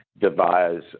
devise